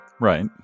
Right